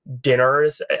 dinners